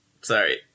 sorry